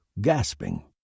gasping